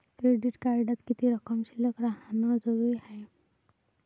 Credit कार्डात किती रक्कम शिल्लक राहानं जरुरी हाय?